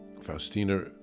Faustina